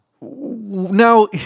now